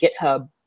GitHub